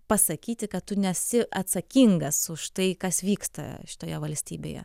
pasakyti kad tu nesi atsakingas už tai kas vyksta šitoje valstybėje